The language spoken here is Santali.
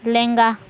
ᱞᱮᱸᱜᱟ